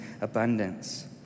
abundance